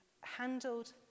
handled